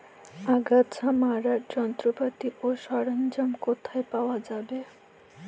আগাছা মারার যন্ত্রপাতি ও সরঞ্জাম কোথায় পাওয়া যাবে?